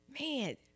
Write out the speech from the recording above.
Man